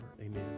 Amen